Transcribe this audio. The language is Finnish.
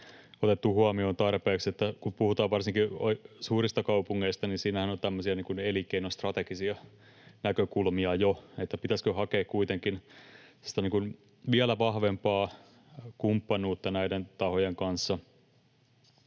otettu huomioon tarpeeksi. Kun puhutaan varsinkin suurista kaupungeista, niin siinähän on tämmöisiä elinkeinostrategisia näkökulmia jo, eli pitäisikö hakea kuitenkin sitä vielä vahvempaa kumppanuutta näiden tahojen kanssa,